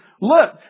look